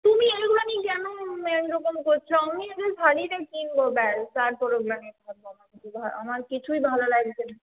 তুমি এগুলো নিয়ে কেন এইরকম করছ আমি আগে শাড়িটা কিনব ব্যস তারপর ওগুলো নিয়ে আমার কিছুই ভালো লাগছে না